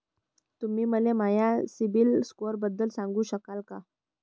तुम्ही मले माया सीबील स्कोअरबद्दल सांगू शकाल का?